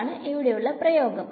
അതാണ് ഇവിടെ ഉള്ള പ്രയോഗം